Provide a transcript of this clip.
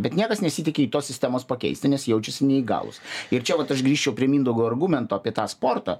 bet niekas nesitiki tos sistemos pakeisti nes jaučiasi neįgalūs ir čia vat aš grįščiau prie mindaugo argumento apie tą sportą